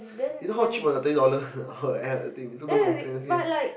you know how cheap or not thirty dollar for that thing so don't complain okay